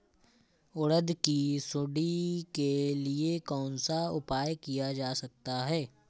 उड़द की सुंडी के लिए कौन सा उपाय किया जा सकता है?